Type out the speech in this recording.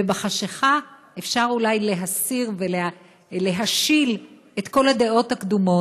ובחשכה אפשר אולי להסיר ולהשיל את כל הדעות הקדומות,